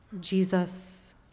Jesus